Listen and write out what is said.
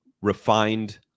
Refined